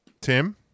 Tim